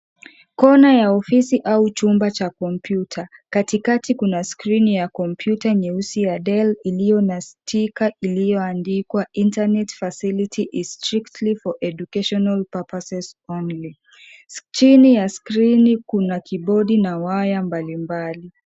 Kona ya ofisi au chumba cha kompyuta katikati kuna skrini ya kompyuta nyeusi ya Dell ilio na stika ilioandikwa internet facility is strictly for educational purposes only chini ya skrini kuna kidude na waya mbalimbali.